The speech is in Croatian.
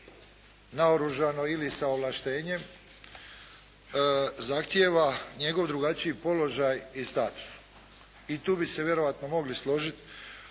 naoružano ili sa ovlaštenjem, zahtijeva njegovo drugačiji položaj i status. I tu bi se vjerojatno mogli složiti.